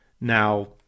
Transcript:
Now